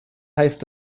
heißt